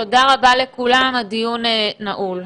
תודה רבה לכולם, הדיון נעול.